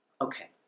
Okay